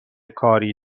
کاری